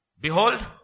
Behold